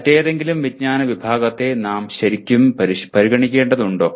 മറ്റേതെങ്കിലും വിജ്ഞാന വിഭാഗത്തെ നാം ശരിക്കും പരിഗണിക്കേണ്ടതുണ്ടോ